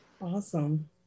Awesome